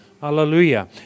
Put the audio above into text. Hallelujah